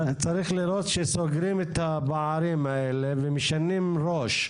צריך לראות שסוגרים את הפערים האלה ומשנים ראש.